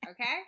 Okay